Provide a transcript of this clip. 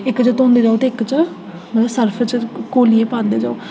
इक च धोंदे जाओ ते इक च इ'यां सर्फ च घोलियै पांदे जाओ